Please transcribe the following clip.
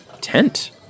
tent